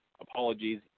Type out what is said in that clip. apologies